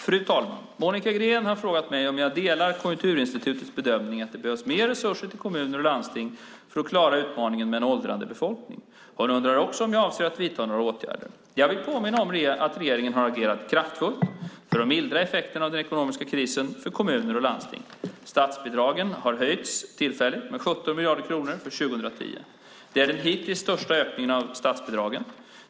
Fru talman! Monica Green har frågat mig om jag delar Konjunkturinstitutets bedömning att det behövs mer resurser till kommuner och landsting för att klara utmaningen med en åldrande befolkning. Hon undrar också om jag avser att vidta några åtgärder. Jag vill påminna om att regeringen har agerat kraftfullt för att mildra effekterna av den ekonomiska krisen för kommuner och landsting. Statsbidragen har tillfälligt höjts med 17 miljarder kronor 2010. Det är den hittills största ökningen av statsbidragen.